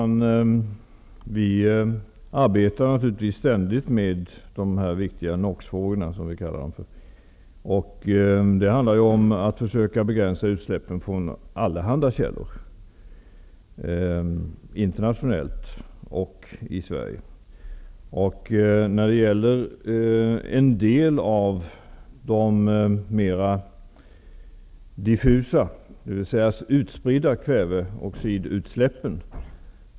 Fru talman! Vi arbetar ständigt med dessa viktiga NOx-frågor. Det handlar om att försöka begränsa utsläppen från allehanda källor internationellt och i Sverige. Det är svårare att få snabba resultat när det gäller de litet mera diffusa, utspridda kväveoxidutsläppen.